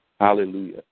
Hallelujah